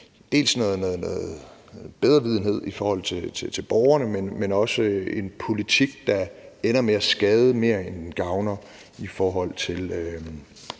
for noget bedrevidenhed i forhold til borgerne, men også en politik, der ender med at skade mere, end den gavner, i forhold til